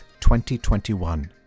2021